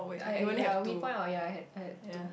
I I ya we point out ya I had I had two